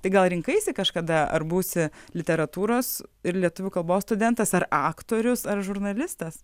tai gal rinkaisi kažkada ar būsi literatūros ir lietuvių kalbos studentas ar aktorius ar žurnalistas